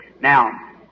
Now